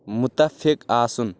مُتفِق آسُن